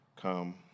come